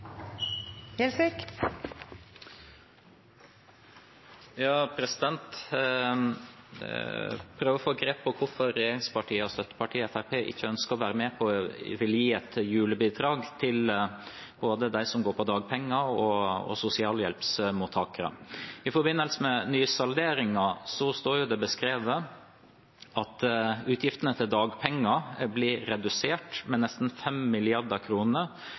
prøver å få et grep på hvorfor regjeringspartiene og støttepartiet Fremskrittspartiet ikke ønsker å være med på å gi et julebidrag både til dem som går på dagpenger, og til sosialhjelpsmottakere. I forbindelse med nysalderingen står det beskrevet at utgiftene til dagpenger blir redusert med nesten